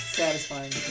satisfying